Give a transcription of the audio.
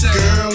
Girl